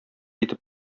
итеп